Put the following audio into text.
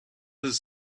does